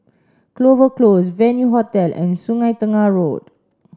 Clover Close Venue Hotel and Sungei Tengah Road